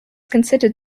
considered